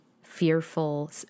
fearful